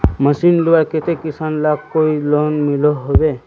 Machine लुबार केते किसान लाक कोई लोन मिलोहो होबे?